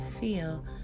feel